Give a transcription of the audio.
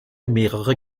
mehrere